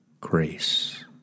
grace